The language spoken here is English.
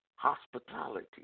hospitality